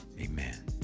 amen